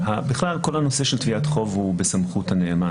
כל הנושא של תביעת חוב הוא בסמכות הנאמן.